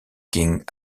king